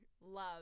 Love